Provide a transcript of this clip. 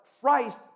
Christ